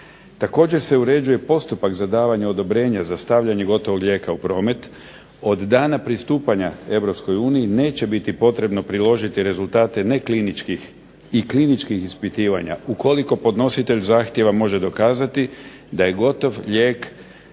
Također se uređuje za postupak za davanje odobrenja za stavljanje gotovog lijeka u promet, od dana pristupanja Europskoj uniji neće biti potrebno priložiti rezultate nekliničkih i kliničkih ispitivanja ukoliko podnositelj zahtjeva može dokazati da je gotov lijek